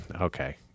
Okay